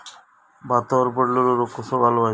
भातावर पडलेलो रोग कसो घालवायचो?